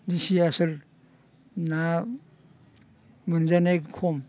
डेसि आसोल ना मोनजानाया खम